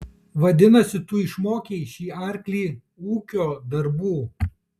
vadinasi tu išmokei šį arklį ūkio darbų